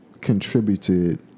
contributed